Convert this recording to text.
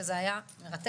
שזה היה מרתק,